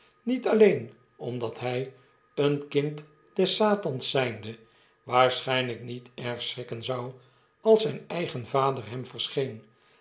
niet alleen omdat hy een kind des satans zynde waarschijnlijk niet erg schrikken zou als zyn eigen vader hem verscheen